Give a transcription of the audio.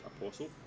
Apostle